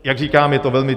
Jak říkám, je to velmi...